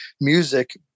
music